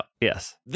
Yes